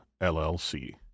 LLC